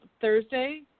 thursday